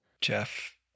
Jeff